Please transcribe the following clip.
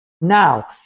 Now